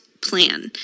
plan